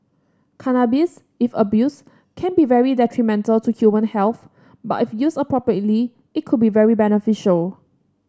cannabis if abused can be very detrimental to human health but if used appropriately it could be very beneficial